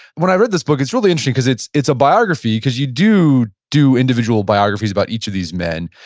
when i read this book it's really interesting because it's it's a biography because you do do individual biographies about each of these men.